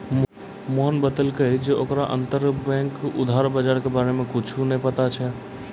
मोहने बतैलकै जे ओकरा अंतरबैंक उधार बजारो के बारे मे कुछु नै पता छै